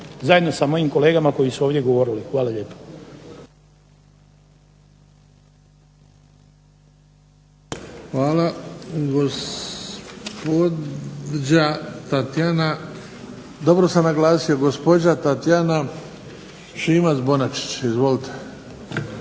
zajedno sa mojim kolegama koji su ovdje govorili. Hvala lijepo. **Bebić, Luka (HDZ)** Hvala. Gospođa Tatjana Šimac-Bonačić, izvolite.